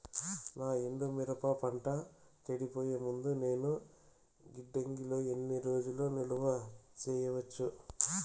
నా ఎండు మిరప పంట చెడిపోయే ముందు నేను గిడ్డంగి లో ఎన్ని రోజులు నిలువ సేసుకోవచ్చు?